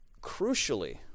crucially